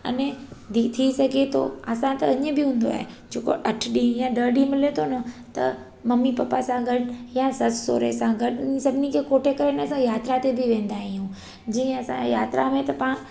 अने धी थी सघे थो असां त इहो बि हूंदो आहे जेको अठ ॾींहं या ॾह ॾींहं मिले थो न त मम्मी पापा सा गॾु या सस सहुरे सां गॾु हिन सभिनी खे कोठे करे न असां यात्रा ते बि वेंदा आहियूं जीअं असांजे यात्रा में त पाणु